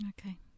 Okay